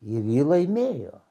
ir ji laimėjo